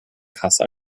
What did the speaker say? kasse